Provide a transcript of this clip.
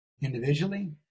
individually